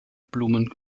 blumen